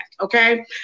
okay